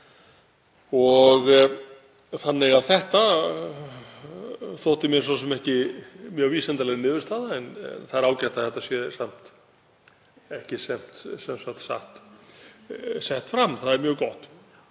Þannig að þetta þótti mér svo sem ekki mjög vísindaleg niðurstaða en það er ágætt að þetta sé samt sett fram. Það er mjög gott.